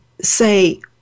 say